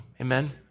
Amen